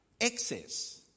excess